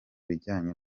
bijyanye